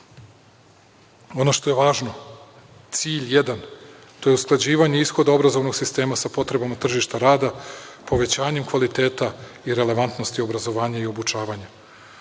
što je važno, cilj jedan, to je usklađivanje ishoda obrazovnog sistema sa potrebama tržišta rada, povećanjem kvaliteta, relevantnosti obrazovanja i obučavanja. Što